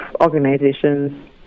organizations